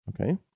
Okay